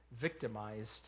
victimized